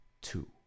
two